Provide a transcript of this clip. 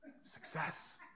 Success